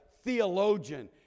theologian